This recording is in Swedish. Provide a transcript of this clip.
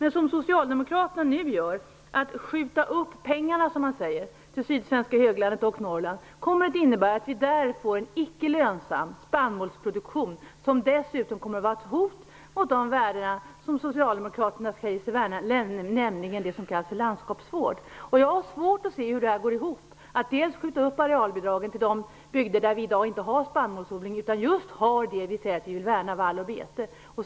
Att som socialdemokraterna skjuta pengarna till sydsvenska höglandet och Norrland, kommer att innebära att vi där får icke lönsam spannmålsproduktion, som dessutom kommer att vara ett hot mot de värden som socialdemokraterna säger sig värna, nämligen det som kallas för landskapsvård. Jag har svårt att se hur det skall gå ihop. Man vill skjuta upp arealbidraget till de bygder där vi i dag inte har spannmålsodling utan just det vi säger att vi vill värna, vall och bete.